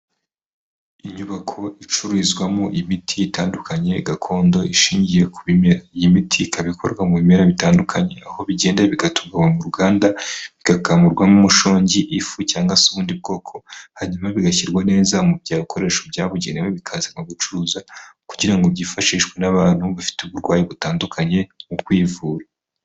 Inyubako icururizwamo imiti itandukanye gakondo ishingiye ku bimera, iyi miti ikaba ikorwa mu bimera bitandukanye, aho bigenda bigatunganywa mu ruganda, bigakamurwamo umushongi, ifu cyangwa se ubundi bwoko, hanyuma bigashyirwa neza mu bikoresho byabugenewe bikazanwa gucuruzwa kugira ngo byifashishwe n'abantu bafite uburwayi butandukanye mu kwivura.